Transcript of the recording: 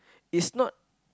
is not